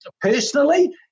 Personally